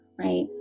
Right